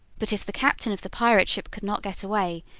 but if the captain of the pirate ship could not get away,